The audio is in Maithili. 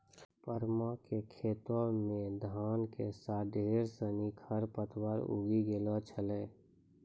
परमा कॅ खेतो मॅ धान के साथॅ ढेर सिनि खर पतवार उगी गेलो छेलै